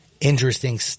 interesting